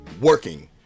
working